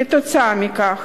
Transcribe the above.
עקב כך